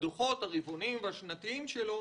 בדוחות הרבעונים והשנתיים שלו